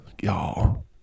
y'all